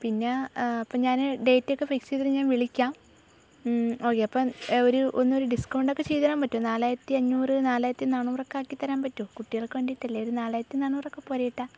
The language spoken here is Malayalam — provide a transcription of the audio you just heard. പിന്നെ അപ്പം ഞാൻ ഡേറ്റ് ഫിക്സ് ചെയ്തിട്ട് വിളിക്കാം ഓക്കെ അപ്പം ഒരു ഒന്നൊരു ഡിസ്കൗണ്ട് ഒക്കെ ചെയ്തു തരാൻ പറ്റുമോ നാലായിരത്തി അഞ്ഞൂറ് നാലായിരത്തി നാനൂറ് ഒക്കെ ആക്കി തരാൻ പറ്റുമോ കുട്ടികൾക്ക് വേണ്ടിയിട്ടല്ലേ ഒരു നാലായിരത്തി നാനൂറ് ഒക്കെ പോരെ ഏട്ടാ